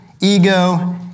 ego